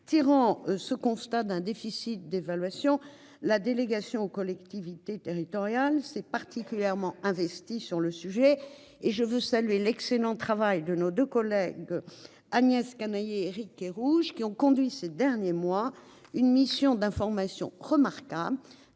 tirant ce constat d'un déficit d'évaluation la délégation aux collectivités territoriales s'est particulièrement investi sur le sujet et je veux saluer l'excellent travail de nos deux collègues. Agnès Canayer Éric Kerrouche qui ont conduit ces derniers mois une mission d'information remarquable